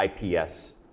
IPS